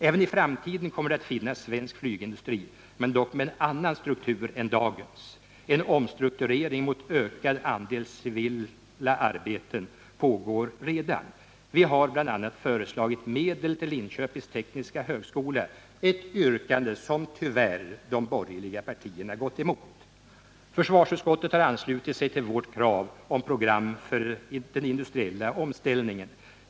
Även i framtiden kommer det att finnas svensk flygindustri men dock med en annan struktur än dagens. En omstrukturering mot ökad andel civila arbeten pågår redan. Vi har bl.a. föreslagit medel till Linköpings tekniska högskola, ett yrkande som tyvärr de borgerliga partierna gått emot. Försvarsutskottet har anslutit sig till vårt krav på ett program för den industriella omställningen.